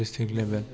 district level